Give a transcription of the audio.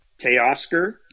Teoscar